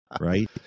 Right